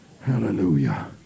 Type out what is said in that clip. Hallelujah